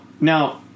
now